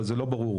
אבל זה לא ברור.